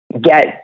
get